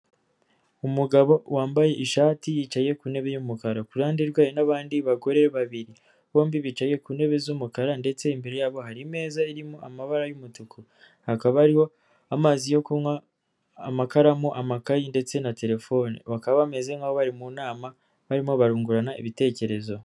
Umugabo wambaye ishati yicaye ku ntebe y'umukara, ku ruhande rwe hari n'abandi bagore babiri bombi bicaye ku ntebe z'umukara ndetse imbere yabo hari imeza irimo amabara y'umutuku, hakaba hariho amazi yo kunywa, amakaramu, amakayi ndetse na telefoni, bakaba bameze nk'aho bari mu nama barimo barungurana ibitekerezo.